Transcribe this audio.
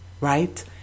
right